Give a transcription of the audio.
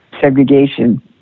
segregation